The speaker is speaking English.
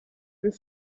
and